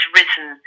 risen